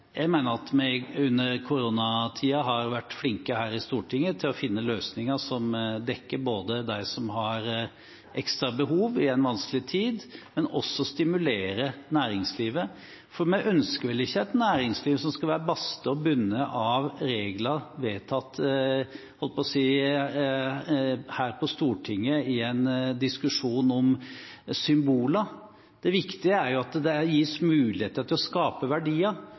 Jeg mener at vi i koronatiden har vært flinke her i Stortinget til å finne løsninger som både hjelper dem som har ekstra behov i en vanskelig tid, og som stimulerer næringslivet. Vi ønsker vel ikke et næringsliv som er bastet og bundet av regler som er vedtatt her på Stortinget i en diskusjon om symboler? Det viktige er at det gis muligheter til å skape verdier.